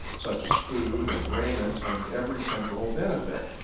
such as food and raiment and every temporal benefit.